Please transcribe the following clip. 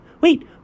Wait